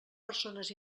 persones